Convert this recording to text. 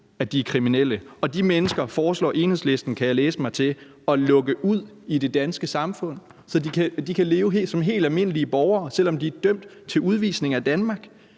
at de er kriminelle, og de mennesker foreslår Enhedslisten, kan jeg læse mig til, at lukke ud i det danske samfund, så de kan leve som helt almindelige borgere, selv om de er dømt til udvisning af Danmark.